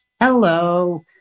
hello